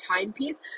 timepiece